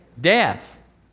death